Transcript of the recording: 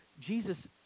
Jesus